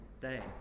day